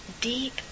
deep